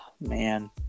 man